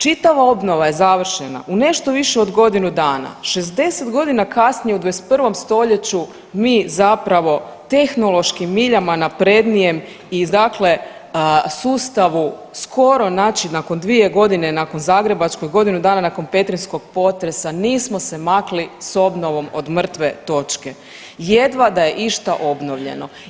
Čitava obnova je završena u nešto više od godinu dana, 60 godina kasnije u 21. stoljeću mi zapravo tehnološki miljama naprednijem i sustavu skoro nakon dvije godine, nakon zagrebačkog i godinu dana nakon petrinjskog potresa nismo se makli s obnovom od mrtve točke, jedva da je išta obnovljeno.